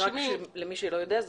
למי שלא יודע,